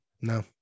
No